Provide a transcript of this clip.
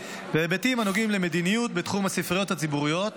בהיבטים הנוגעים למדיניות בתחום הספריות הציבוריות,